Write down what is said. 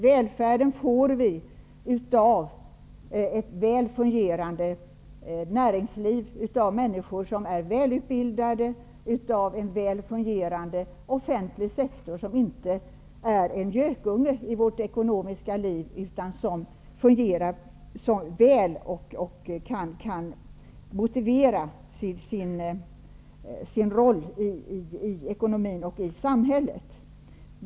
Välfärden får vi av ett väl fungerande näringsliv, av människor som är välutbildade, av en väl fungerande offentlig sektor som inte är en gökunge i vårt ekonomiska liv utan fungerar väl och kan motivera sin roll i ekonomin och samhället.